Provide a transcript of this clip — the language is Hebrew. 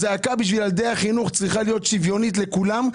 הזעקה בשביל ילדי החינוך צריכה להיות שוויונית לכולם,